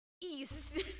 east